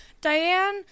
Diane